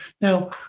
Now